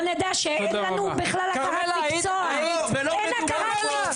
אין לנו בכלל הכרת מקצוע --- כרמלה את היית כבר בזמן דיבור.